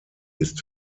ist